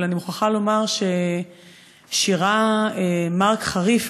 אבל אני מוכרחה לומר ששירה מרק חריף,